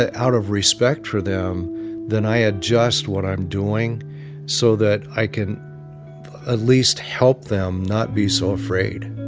ah out of respect for them than i adjust what i'm doing so that i can at least help them not be so afraid.